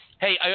Hey